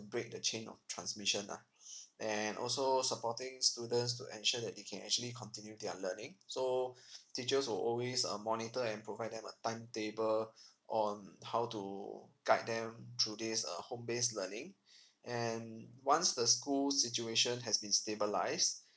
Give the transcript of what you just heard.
to break the chain of transmission ah and also supporting students to ensure that they can actually continue their learning so teachers will always um monitor and provide them a timetable on how to guide them though this uh home based learning and once the school situation has been stabilised